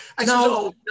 No